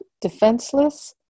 defenseless